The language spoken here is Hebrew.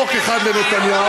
חוק אחד לנתניהו,